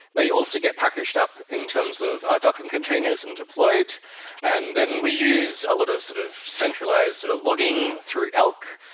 also get packaged up in terms of docker containers and deployed and then we use a lot of sort of centralized sort of logging through elk,